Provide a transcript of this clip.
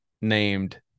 Named